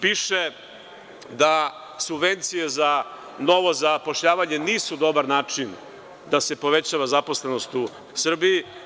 Piše, da subvencije za novo zapošljavanje nisu dobar način da se poveća zaposlenost u Srbiji.